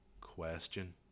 question